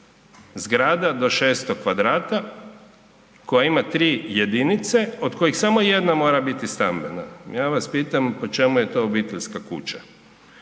zgrada do 600 m2 koja ima 3 jedinice od kojih samo jedna mora biti stambena. Ja vas pitam po čemu je to obiteljska kuća?